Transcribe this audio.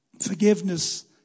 Forgiveness